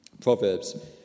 Proverbs